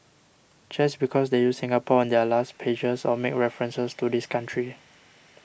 just because they use Singapore on their last pages or make references to this country